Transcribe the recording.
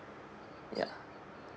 ya